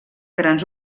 grans